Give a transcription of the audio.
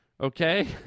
Okay